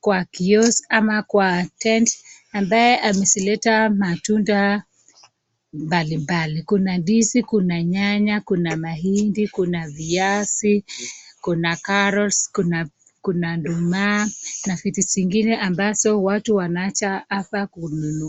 kwa kioski ama kwa tent ambaye amezileta matunda mbalimbali, kuna ndizi, kuna nyanya, kuna mahindi kuna viazi, kuna carrots kuna nduma na vitu zingine ambazo watu wanaja hapa kununua.